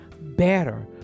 better